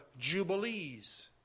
jubilees